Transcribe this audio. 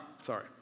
sorry